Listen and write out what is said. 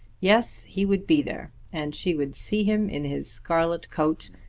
yes he would be there and she would see him in his scarlet coat,